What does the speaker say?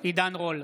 בהצבעה עידן רול,